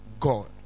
God